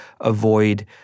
avoid